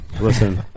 listen